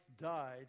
died